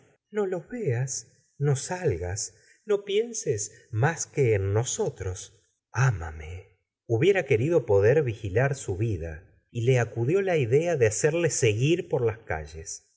no los veas no salgas no pienses más que en nosotros amame hubiera querido poder vigilar su vida y le acudió la idea de hacerle seguir por las calles